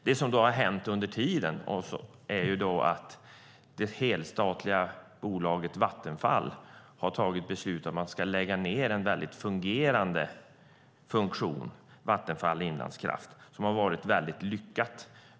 Det som då har hänt under tiden är att det helstatliga bolaget Vattenfall har tagit beslut om att man ska lägga ned en bra fungerande funktion, nämligen Vattenfall Inlandskraft, som har varit mycket lyckad.